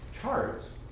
charts